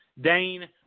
Dane